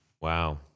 Wow